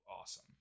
awesome